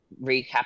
recap